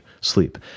sleep